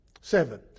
Seven